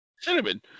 Cinnamon